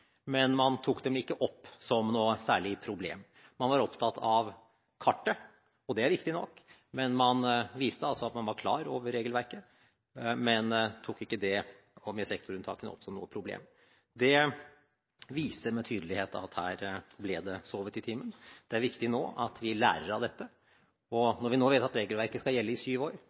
men man tok dem ikke opp som noe særlig problem. Man var opptatt av kartet – og det er viktig nok – men man viste altså at man var klar over regelverket, men tok ikke dette med sektorunntakene opp som noe problem. Det viser med tydelighet at her ble det sovet i timen. Det er viktig at vi nå lærer av dette. Når vi nå vet at regelverket skal gjelde i syv år,